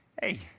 Hey